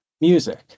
music